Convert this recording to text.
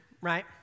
right